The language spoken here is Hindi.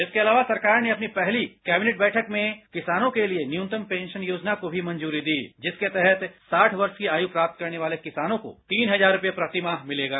इसके अलावा सरकार ने अपनी पहली कैबिनेट बैठक में किसानों के लिए न्यूनतम पेंशन योजना को भी मंजूरी दी जिसके तहत साठ वर्ष की आयु प्राप्त करने वाले किसानों को तीन हजार रूपये प्रतिमाह मिलेगा